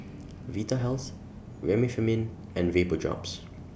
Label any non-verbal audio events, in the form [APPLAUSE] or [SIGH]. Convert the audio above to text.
[NOISE] Vitahealth Remifemin and Vapodrops